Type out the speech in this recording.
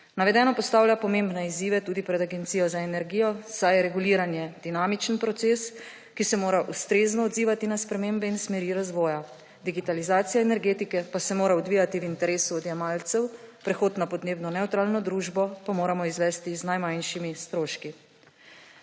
Navedeno postavlja pomembne izzive tudi pred Agencijo za energijo, saj je reguliranje dinamičen proces, ki se mora ustrezno odzivati na spremembo in smeri razvoja, digitalizacija energetike pa se mora odvijati v interesu odjemalcev, prehod na podnebno nevtralno družbo pa moramo izvesti z najmanjšimi stroški.